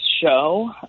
show